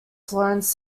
florence